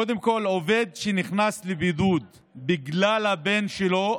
קודם כול עובד שנכנס לבידוד בגלל הבן שלו,